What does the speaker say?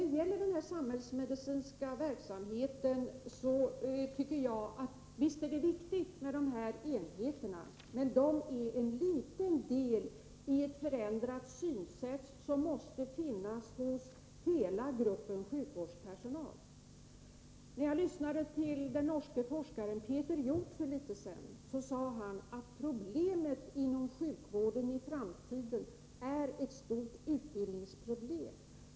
Beträffande de samhällsmedicinska enheterna tycker jag visst att dessa är viktiga, men de är bara ett litet uttryck för ett förändrat synsätt som måste finnas inom hela gruppen av sjukvårdspersonal. När jag lyssnade till den norske forskaren Peter Hjort för en liten tid sedan sade denne att sjukvårdens problem i framtiden i stor utsträckning är ett utbildningsproblem.